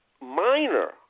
minor